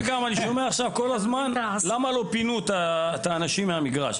שומע עכשיו כל הזמן את השאלה למה לא פינו את האנשים מהמגרש?